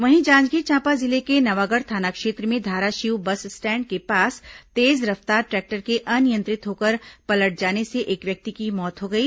वहीं जांजगीर चांपा जिले के नवागढ़ थाना क्षेत्र में धाराशिव बस स्टैण्ड के पास तेज रफ्तार ट्रैक्टर के अनियंत्रित होकर पलट जाने से एक व्यक्ति की मौत हो गई